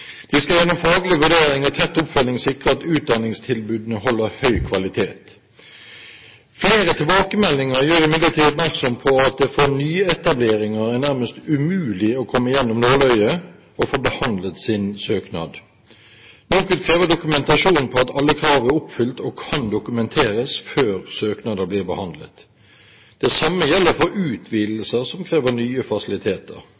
imidlertid oppmerksom på at det for nyetableringer er nærmest umulig å komme gjennom nåløyet og få behandlet sin søknad. NOKUT krever dokumentasjon på at alle krav er oppfylt og kan dokumenteres før søknader blir behandlet. Det samme gjelder for